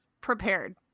Prepared